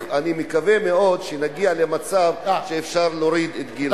אני מקווה מאוד שנגיע למצב שאפשר יהיה להוריד את גיל הפרישה.